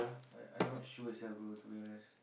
like I not sure sia bro to be honest